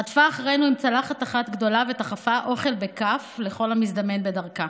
רדפה אחרינו עם צלחת אחת גדולה ודחפה אוכל בכף לכל המזדמן בדרכה,